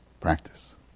practice